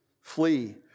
flee